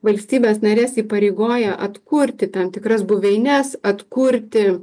valstybes nares įpareigoja atkurti tam tikras buveines atkurti